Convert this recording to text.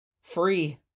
free